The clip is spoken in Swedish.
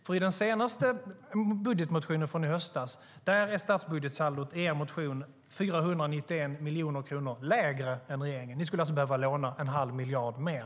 I er senaste budgetmotion från i höstas är statsbudgetsaldot 491 miljoner kronor lägre än i regeringens budget. Ni skulle alltså behöva låna en halv miljard mer.